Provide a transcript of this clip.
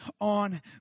on